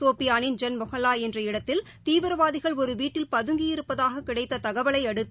சோபியானின் ஐன் மொகல்லாஎன்ற இடத்தில் தீவிரவாதிகள் ஒருவீட்டில் பதங்கி இருப்பதாககிடைத்தகவலைஅடுத்து